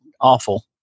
awful